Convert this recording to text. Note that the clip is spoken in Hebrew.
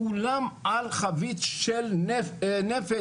כולם על חבית של נפץ.